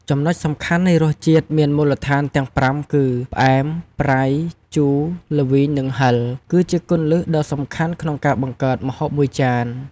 ចំណុចសំខាន់នៃរសជាតិមានមូលដ្ឋានទាំងប្រាំគឺ ផ្អែម ប្រៃ ជូរ ល្វីង និងហឹរ គឺជាគន្លឹះដ៏សំខាន់ក្នុងការបង្កើតម្ហូបមួយចាន។